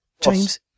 james